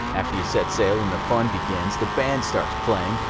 after you set sail and the fun begins, the band starts playing,